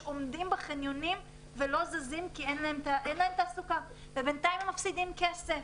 שעומדים בחניונים ולא זזים כי אין להם עבודה ובינתיים הם מפסידים כסף.